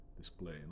display